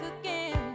again